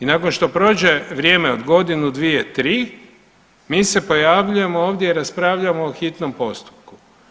I nakon što prođe vrijeme od godinu, dvije, tri, mi se pojavljujemo ovdje i raspravljamo u hitnom postupku.